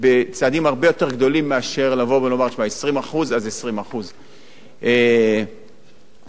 20% אז זה 20%. בנושא הזה אני לא יכול להתווכח אתך,